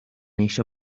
eixe